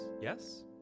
yes